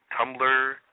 Tumblr